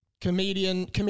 comedian